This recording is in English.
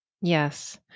Yes